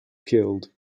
killed